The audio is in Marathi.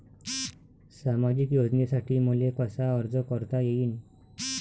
सामाजिक योजनेसाठी मले कसा अर्ज करता येईन?